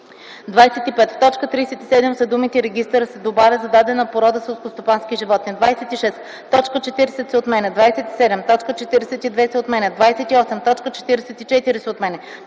25. В т. 37 след думата „регистър” се добавя „за дадена порода селскостопански животни”. 26. Точка 40 се отменя. 27. Точка 42 се отменя. 28. Точка 44 се отменя.